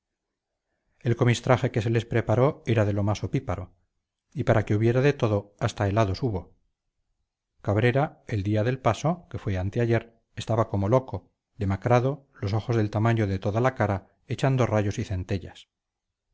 el comistraje que se les preparó era de lo más opíparo y para que hubiera de todo hasta helados hubo cabrera el día del paso que fue anteayer estaba como loco demacrado los ojos del tamaño de toda la cara echando rayos y centellas